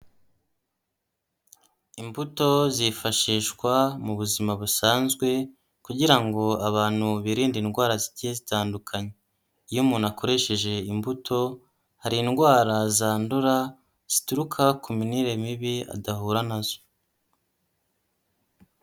Imbuto zifashishwa mu buzima busanzwe kugira ngo abantu birinde indwara zigiye zitandukanye, iyo umuntu akoresheje imbuto, hari indwara zandura zituruka ku mirire mibi adahura na zo.